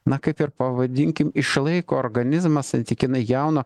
na kaip ir pavadinkim išlaiko organizmą santykinai jauną